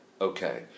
okay